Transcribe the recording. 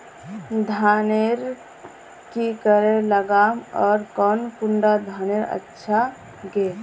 धानेर की करे लगाम ओर कौन कुंडा धानेर अच्छा गे?